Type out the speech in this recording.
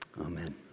Amen